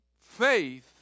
faith